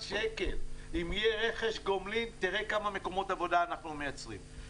אם יהיה רכש גומלין תראה כמה מקומות עבודה אנחנו מייצרים,